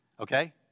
okay